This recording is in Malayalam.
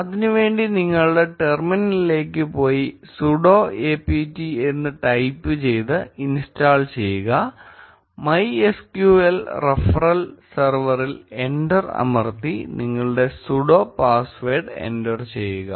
അതിനുവേണ്ടി നിങ്ങളുടെ ടെർമിനലിലേക്ക് പോയി sudo apt എന്ന് ടൈപ്പ് ചെയ്ത് ഇൻസ്റ്റാൾ ചെയ്യുക MySQL ഹൈഫൻ സെർവറിൽ എന്റർ അമർത്തി നിങ്ങളുടെ സുഡോ പാസ്വേഡ് എന്റർ ചെയ്യുക